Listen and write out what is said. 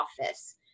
office